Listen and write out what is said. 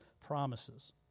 promises